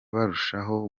barushaho